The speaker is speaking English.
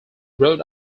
rhode